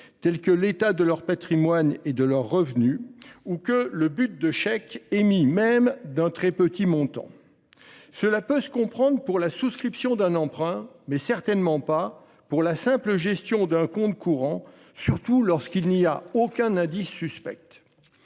tels que l'état de leur patrimoine et de leurs revenus ou le but de chèques émis, même d'un très petit montant. Cela peut se comprendre pour la souscription d'un emprunt, mais certainement pas pour la simple gestion d'un compte courant, surtout lorsqu'il n'y a aucun indice suspect.